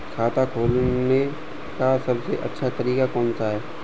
खाता खोलने का सबसे अच्छा तरीका कौन सा है?